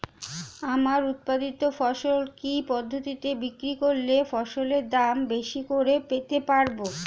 আমার উৎপাদিত ফসল কি পদ্ধতিতে বিক্রি করলে ফসলের দাম বেশি করে পেতে পারবো?